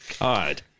God